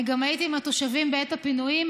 אני גם הייתי עם התושבים בעת הפינויים,